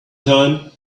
time